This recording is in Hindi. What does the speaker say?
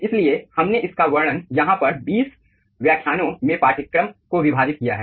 इसलिए हमने इसका वर्णन यहां पर 20 व्याख्यानों में पाठ्यक्रम को विभाजित किया है